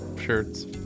shirts